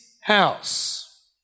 house